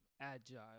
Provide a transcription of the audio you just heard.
agile